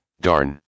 darn